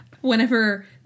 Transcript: whenever